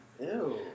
Ew